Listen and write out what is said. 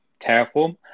Terraform